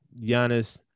Giannis